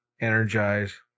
energize